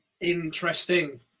Interesting